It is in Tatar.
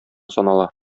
санала